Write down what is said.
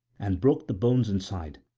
and broke the bones inside,